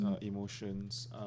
emotions